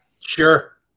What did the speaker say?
Sure